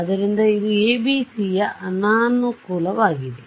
ಆದ್ದರಿಂದ ಇದು ಎಬಿಸಿಯ ಅನಾನುಕೂಲವಾಗಿದೆ